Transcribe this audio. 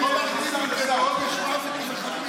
אתה יכול להקריא להם עונש מוות למחבלים.